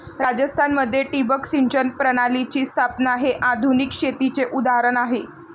राजस्थान मध्ये ठिबक सिंचन प्रणालीची स्थापना हे आधुनिक शेतीचे उदाहरण आहे